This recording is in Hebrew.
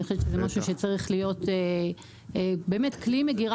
אני חושבת שזה משהו שצריך להיות כלי מגירה